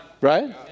Right